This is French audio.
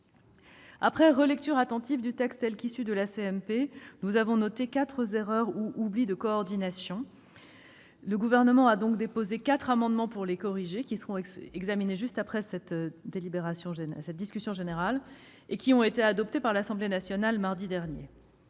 Après relecture attentive du texte issu de la CMP, nous avons noté quatre erreurs ou oublis de coordination. Le Gouvernement a donc déposé quatre amendements pour les corriger, lesquels seront examinés à l'issue de cette discussion générale, et qui ont été adoptés par l'Assemblée nationale mardi dernier.